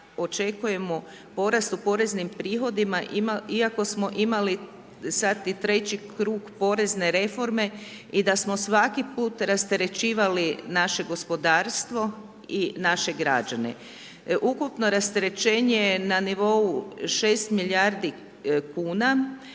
očekujemo porast u poreznim prihodima iako smo imali, sad i treći krug porezne reforme i da smo svaki put rasterećivali naše gospodarstvo i naše građane. Ukupno rasterećenje je na nivou 6 milijardi kuna